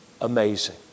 amazing